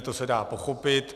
To se dá pochopit.